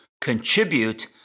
contribute